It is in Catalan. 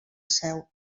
seu